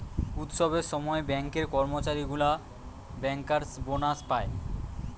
উৎসবের সময় ব্যাঙ্কের কর্মচারী গুলা বেঙ্কার্স বোনাস পায়